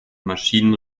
maschinen